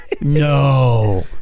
No